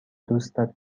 دوستت